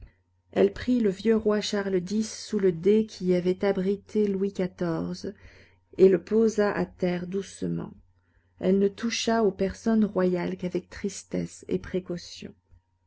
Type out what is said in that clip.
elle prit le vieux roi charles x sous ce dais qui avait abrité louis xiv et le posa à terre doucement elle ne toucha aux personnes royales qu'avec tristesse et précaution